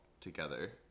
together